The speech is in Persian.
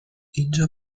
اینجا